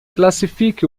classifique